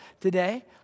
today